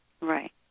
Right